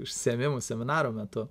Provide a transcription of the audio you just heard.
užsiėmimų seminarų metu